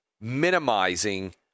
minimizing